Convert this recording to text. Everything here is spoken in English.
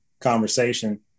conversation